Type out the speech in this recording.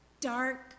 dark